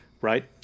right